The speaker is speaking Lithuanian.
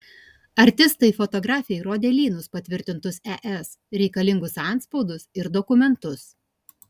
artistai fotografei rodė lynus patvirtintus es reikalingus antspaudus ir dokumentus